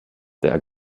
der